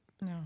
No